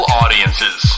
audiences